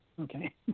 Okay